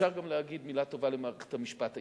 אפשר גם להגיד מלה טובה למערכת המשפט הישראלית,